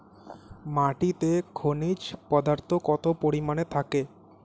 মাটিতে খনিজ পদার্থ কত পরিমাণে থাকে?